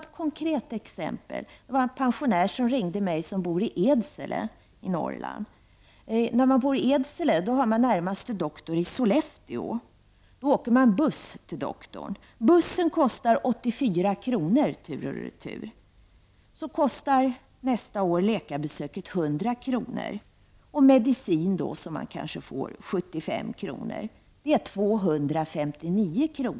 Ett konkret exempel: En pensionär i Edsele uppe i Norrland har ringt upp mig för att tala om dessa saker. Närmaste doktor för den som bor i Edsele finns i Sollefteå. Då åker man buss till doktorn. Bussresan kostar 84 kr. tur och retur. Nästa år kommer läkarbesök att kosta 100 kr. Kanske måste man också hämta ut medicin, och den kostar 75 kr. Det blir 259 kr.